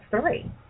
three